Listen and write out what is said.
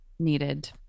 needed